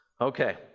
Okay